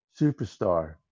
Superstar